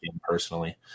personally